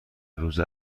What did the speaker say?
روز